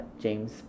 James